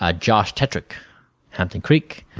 ah josh tetric hampton creek,